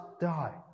die